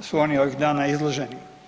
su oni ovih dana izloženi.